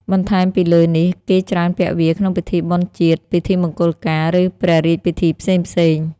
បន្ថែមពីលើនេះ គេច្រើនពាក់វាក្នុងពិធីបុណ្យជាតិ ពិធីមង្គលការ ឬព្រះរាជពិធីផ្សេងៗ។